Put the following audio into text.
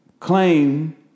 Claim